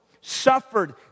suffered